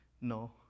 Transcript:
No